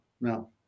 no